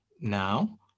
Now